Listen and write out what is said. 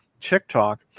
TikTok